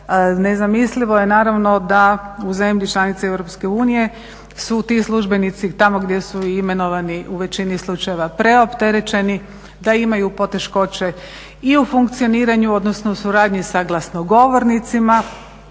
Nezamislivo je naravno da u zemlji članica Europske unije su ti službenici tamo gdje su i imenovani u većini slučajeva preopterećeni, da imaju poteškoće i u funkcioniranju, odnosno u suradnji sa glasnogovornicima,